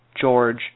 George